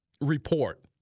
report